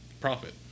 profit